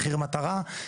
מחיר מטרה.